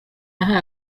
yahaye